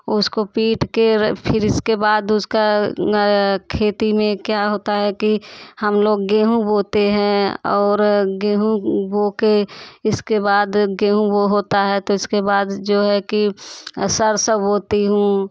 उसको पीट के फिर इसके बाद उसका खेती में क्या होता है कि हम लोग गेहूं बोते हैं और गेहूं बो के उसके बाद गेहूं वो होता है तो उसके बाद जो है कि सरसो बोती हूँ